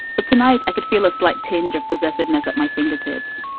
tonight i could feel a slight tinge of possessiveness at my fingertips.